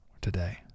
today